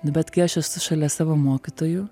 bet kai aš esu šalia savo mokytojų